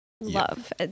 love